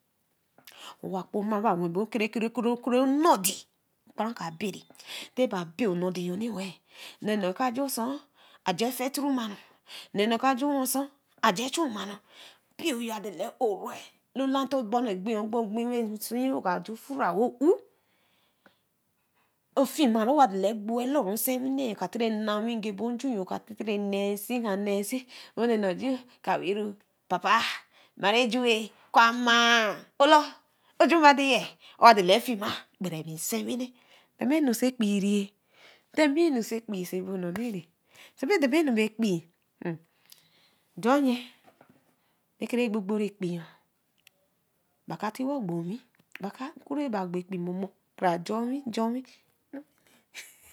Owa kpomaba wenbo kere koronodi kparan ka aberi. te aba abe. nonee ka ju osuūn. a je feturo maru. nonee a ju osuūn. a je echun mama. mpio yo ka juni oro eh. oku nseeru furo wo oou. ofiema owo oka dela gboe looru nsewine ka tora na way ngebo njuyo ka tatari nee nsin. ka weeru papa. ma ra ju weeh. koh amai. oju modea oo afiema borai nsewine. Damainu sey kpiri yee. damanu say ekpee sai abo nonee. saibae damainu bae ekpee. a joh nye ra kekere ogbobori ekpee yan ba ka tinwo gbo owin. keri ba ogbo ekpee momo kra ja owin ja owin